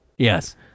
Yes